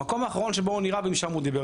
למקום האחרון ששם הוא נראה ומשם הוא דיבר,